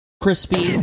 Crispy